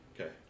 Okay